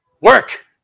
Work